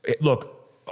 Look